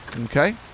Okay